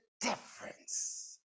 difference